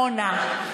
עמונה.